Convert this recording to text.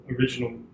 original